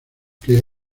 que